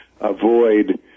avoid